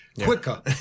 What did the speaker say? quicker